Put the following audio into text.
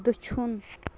دٔچھُن